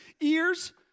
ears